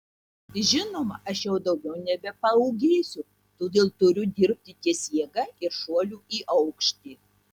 žinoma aš jau daugiau nebepaūgėsiu todėl turiu dirbti ties jėga ir šuoliu į aukštį